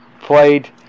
played